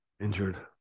injured